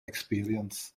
experience